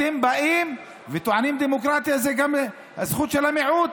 אתם באים וטוענים "דמוקרטיה" זו גם הזכות של המיעוט.